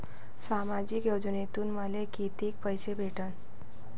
सामाजिक योजनेतून मले कितीक पैसे भेटन?